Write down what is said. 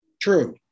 true